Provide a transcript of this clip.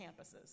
campuses